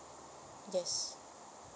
yes